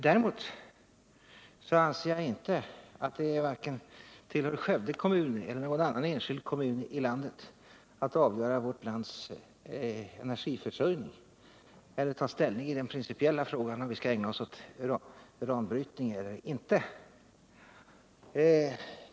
Däremot anser jag inte att det tillkommer vare sig Skövde kommun eller någon annan enskild kommun i landet att avgöra vårt lands energiförsörjning eller ta ställning i den principiella frågan om vi skall ägna oss åt uranbrytning eller inte.